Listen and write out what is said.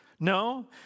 No